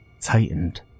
tightened